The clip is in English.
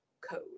code